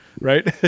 right